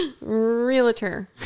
realtor